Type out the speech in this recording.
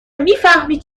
میفهمی